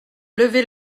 lever